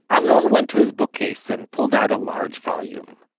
amnon went to his bookcase, and pulled out a large volume.